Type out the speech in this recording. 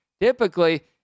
typically